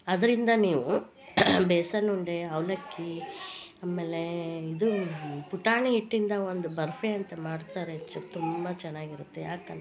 ಅದರಿಂದ ನೀವು ಬೇಸನ್ ಉಂಡೆ ಅವಲಕ್ಕಿ ಆಮೇಲೆ ಇದು ಪುಟಾಣಿ ಹಿಟ್ಟಿಂದ ಒಂದು ಬರ್ಫಿ ಅಂತ ಮಾಡ್ತಾರೆ ತುಂಬ ಚೆನ್ನಾಗಿರುತ್ತೆ ಯಾಕಂತ ಕೇಳಿ